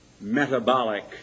metabolic